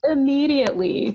Immediately